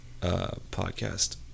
podcast